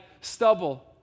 stubble